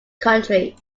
country